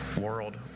world